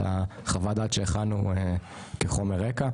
את החוות דעת שהכנו כחומר רקע.